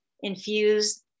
infuse